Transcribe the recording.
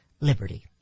liberty